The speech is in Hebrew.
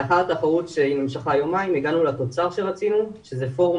לאחר התחרות שנמשכה יומיים הגענו לתוצר שרצינו שהוא פורום